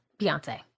Beyonce